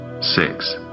six